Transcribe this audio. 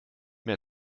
mehr